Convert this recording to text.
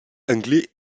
anglais